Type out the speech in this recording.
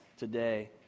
Today